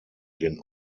den